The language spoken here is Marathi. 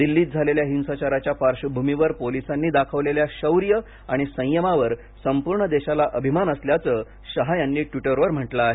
दिल्लीत झालेल्या हिंसाचाराच्या पार्श्वभूमीवर पोलिसांनी दाखवलेल्या शौर्य आणि संयमावर संपूर्ण देशाला अभिमान असल्याचं शहा यांनी ट्वीटरवर म्हटलं आहे